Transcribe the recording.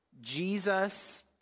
Jesus